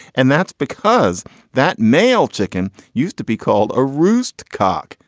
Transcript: and that's because that male chicken used to be called a rooster cock.